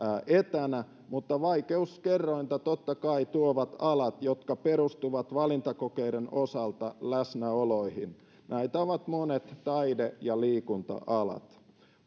etänä mutta vaikeuskerrointa totta kai tuovat alat jotka perustuvat valintakokeiden osalta läsnäoloihin näitä ovat monet taide ja liikunta alat